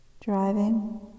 driving